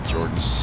Jordan